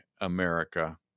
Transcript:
America